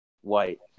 White